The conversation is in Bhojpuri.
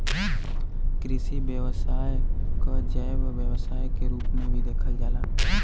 कृषि व्यवसाय क जैव व्यवसाय के रूप में भी देखल जाला